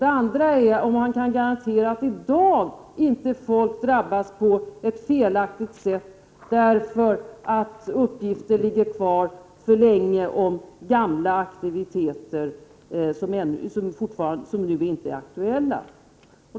Den andra var om han kan garantera att människor i dag inte drabbas på ett felaktigt sätt, därför att uppgifter ligger kvar för länge om gamla aktiviteter som nu inte är aktuella.